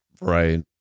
Right